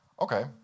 Okay